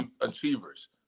achievers